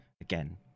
again